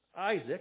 Isaac